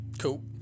Cool